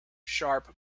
sharp